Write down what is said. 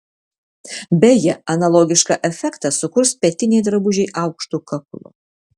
beje analogišką efektą sukurs petiniai drabužiai aukštu kaklu